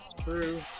true